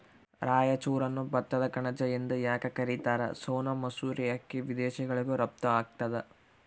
ರಾಯಚೂರನ್ನು ಭತ್ತದ ಕಣಜ ಎಂದು ಯಾಕ ಕರಿತಾರ? ಸೋನಾ ಮಸೂರಿ ಅಕ್ಕಿ ವಿದೇಶಗಳಿಗೂ ರಫ್ತು ಆಗ್ತದ